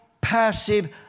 passive